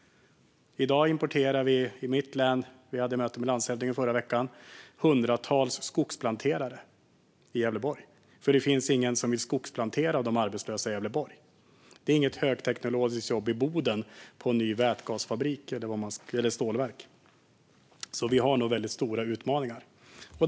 Vi hade möte med landshövdingen i mitt hemlän i förra veckan, och till Gävleborg importerar vi hundratals skogsplanterare, för det finns ingen av de arbetslösa i Gävleborg som vill skogsplantera, för det är inget högteknologiskt jobb i Boden på en ny vätgasfabrik eller ett stålverk. Vi har nog alltså väldigt stora utmaningar med detta.